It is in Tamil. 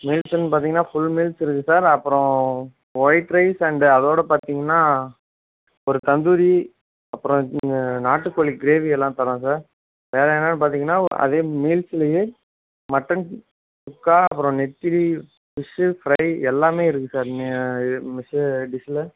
மீல்ஸுன் பார்த்தீங்னா ஃபுல் மீல்ஸ் இருக்குது சார் அப்புறோம் ஒயிட் ரைஸ் அண்டு அதோடு பார்த்தீங்கனா ஒரு தந்தூரி அப்புறோம் நாட்டு கோழி கிரேவியெல்லாம் தரோம் சார் வேறு என்னனு பார்த்தீங்கனா ஓ அதே மீல்ஸ்லேயே மட்டன் சுக் சுக்கா அப்புறோம் நெத்திலி பிஷ்ஷு ஃப்ரை எல்லாமே இருக்குது சார் நீங்கள் டிஷ்லே